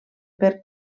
per